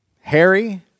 Harry